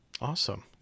Awesome